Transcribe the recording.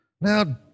Now